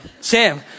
Sam